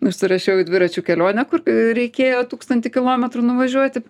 užsirašiau į dviračių kelionę kur reikėjo tūkstantį kilometrų nuvažiuoti